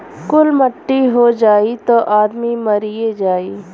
कुल मट्टी हो जाई त आदमी मरिए जाई